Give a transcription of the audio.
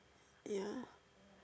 ya